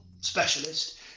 specialist